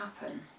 happen